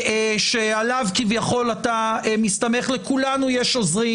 שעליו כביכול אתה מסתמך לכולנו יש עוזרים